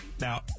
Now